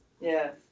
Yes